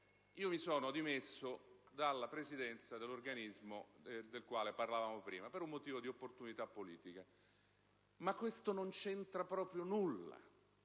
Io mi sono dimesso dalla Presidenza dell'organismo del quale parlavamo prima per un motivo di opportunità politica, ma questo non c'entra proprio nulla